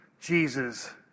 Jesus